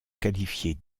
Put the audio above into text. qualifiés